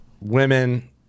women